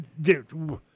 dude